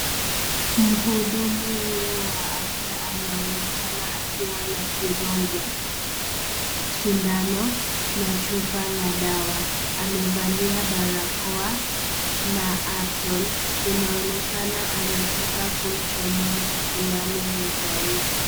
Mhudumu huyu anaonekana akiwa na sironge, sindano na chupa la dawa. Amevalia barakoa na apron . Inaonekana anataka kumchomoza sindano huu kwa mtu.